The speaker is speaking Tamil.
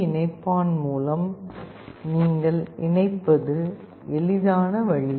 இணைப்பான் மூலம் நீங்கள் இணைப்பது எளிதான வழி